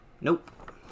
Nope